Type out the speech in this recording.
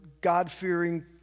God-fearing